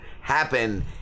happen